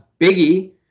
Biggie